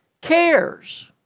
cares